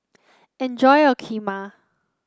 enjoy your Kheema